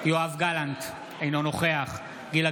יואב גלנט, אינו נוכח גילה